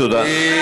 תודה.